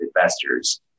investors